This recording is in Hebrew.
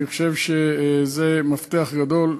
אני חושב שזה מפתח גדול.